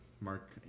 Mark